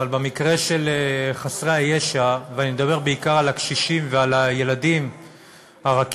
אבל במקרה של חסרי הישע ואני מדבר בעיקר על הקשישים ועל הילדים הרכים,